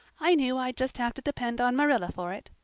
i knew i'd just have to depend on marilla for it.